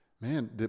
Man